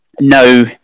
no